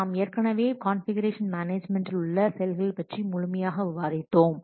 நாம் ஏற்கனவே கான்ஃபிகுரேஷன் மேனேஜ்மென்டில் உள்ள செயல்கள் பற்றி முழுமையாக விவாதித்தோம்